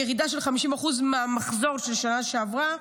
ירידה של 50% מהמחזור של השנה שעברה,